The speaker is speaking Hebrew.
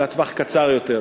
אלא טווח קצר יותר.